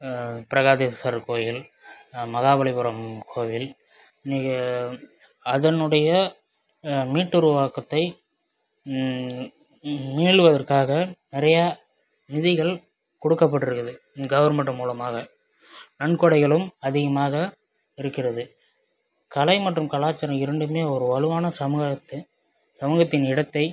ப்ரகதீஸ்வரர் கோயில் மஹாபலிபுரம் கோவில் இன்றைக்கு அதனுடைய மீட்டுருவாக்கத்தை மீள்வதற்காக நிறையா நிதிகள் கொடுக்கப்பட்ருக்குது கவர்மெண்ட் மூலமாக நன்கொடைகளும் அதிகமாக இருக்கிறது கலை மற்றும் கலாச்சாரம் இரண்டுமே ஒரு வலுவான சமூகத்தின் சமூகத்தின் இடத்தை